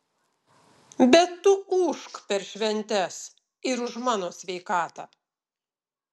bet tu ūžk per šventes ir už mano sveikatą